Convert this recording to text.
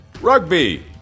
Rugby